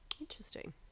Interesting